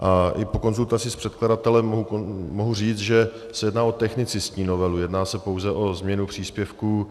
A i po konzultaci s předkladatelem mohu říct, že se jedná o technicistní novelu, jedná se pouze o změnu příspěvků.